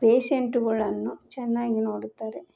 ಪೇಶೆಂಟುಗಳನ್ನು ಚೆನ್ನಾಗಿ ನೋಡುತ್ತಾರೆ